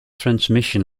transmission